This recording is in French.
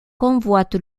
convoite